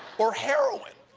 or heroin